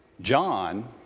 John